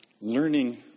learning